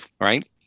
right